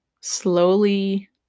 slowly